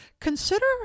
consider